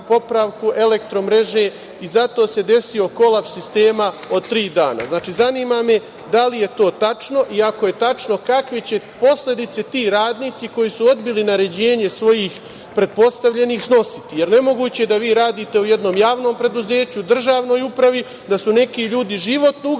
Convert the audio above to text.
popravci elektro-mreže i zato se desio kolaps sistema od tri dana. Znači, zanima me da li je to tačno i ako je tačno, kakve će posledice ti radnici koji su odbili naređenje svojih pretpostavljenih snositi? Jer, nemoguće je da vi radite u jednom javnom preduzeću, državnoj upravi, da su neki ljudi životno ugroženi,